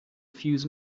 fuse